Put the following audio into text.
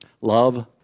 Love